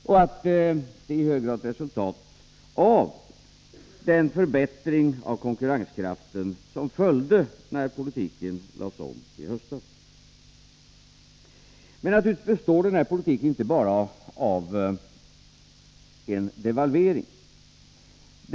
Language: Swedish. Och det är i hög grad ett resultat av den förbättring av konkurrenskraften som följde när politiken lades om i höstas. Men naturligtvis består denna politik inte bara av en devalvering.